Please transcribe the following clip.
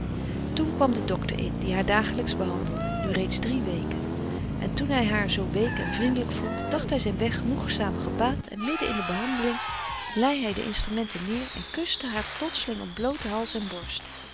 toen kwam de docter in die haar dagelijks behandelde nu reeds drie weken en toen hij haar zoo week en vriendelijk vond dacht hij zijn weg genoegzaam gebaand en midden in de behandeling lei hij de instrumenten neer en kuste haar plotseling op blooten hals en borst